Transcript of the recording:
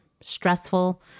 stressful